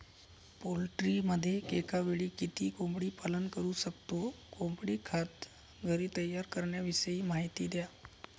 पोल्ट्रीमध्ये एकावेळी किती कोंबडी पालन करु शकतो? कोंबडी खाद्य घरी तयार करण्याविषयी माहिती द्या